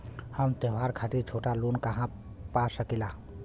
हम त्योहार खातिर छोटा लोन कहा पा सकिला?